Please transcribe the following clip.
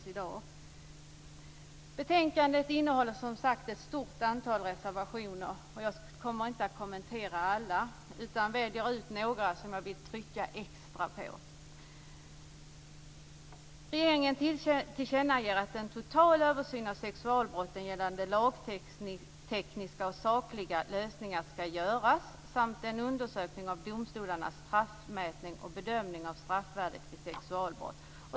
Till betänkandet finns ett stort antal reservationer, och jag skall inte kommentera alla utan väljer ut några som jag vill trycka extra på. Regeringen tillkännager att en total översyn av sexualbrott gällande lagtekniska och sakliga lösningar skall göras samt en undersökning av domstolarnas straffmätning och bedömning av straffvärdet vid sexualbrott.